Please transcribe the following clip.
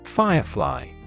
Firefly